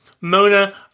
Mona